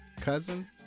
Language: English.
cousin